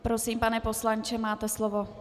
Prosím, pane poslanče, máte slovo.